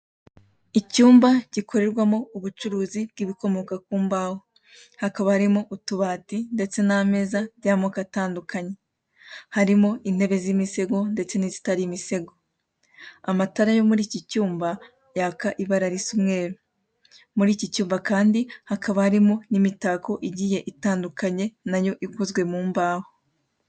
Icyumba gikorerwamo ubucuruzi bw'ibikomoka ku mbaho. Hakaba harimo utubati ndetse n'ameza by'amoko atandukanye. Harimo intebe z'imisago ndetse n'izitari imisego. Amatara yo muri iki cyumba yaka ibara risa umweru. Muri iki cyumba kandi hakaba harimo n'imitako igiye itandukanye, na yo ikozwe mu mbaho.